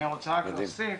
אני רוצה רק להוסיף,